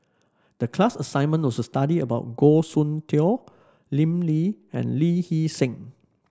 the class assignment was to study about Goh Soon Tioe Lim Lee and Lee Hee Seng